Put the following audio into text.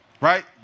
Right